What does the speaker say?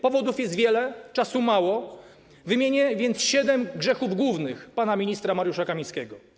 Powodów jest wiele, czasu mało, wymienię więc siedem grzechów głównych pana ministra Mariusza Kamińskiego.